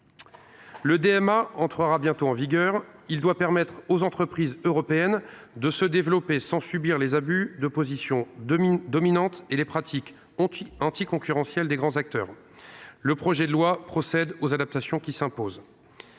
Le DMA entrera bientôt en vigueur. Il doit permettre aux entreprises européennes de se développer sans subir les abus de position dominante et les pratiques anticoncurrentielles des grands acteurs. Le projet de loi procède aux adaptations qui s’imposent.